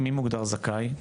מי מוגדר זכאי?